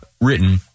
written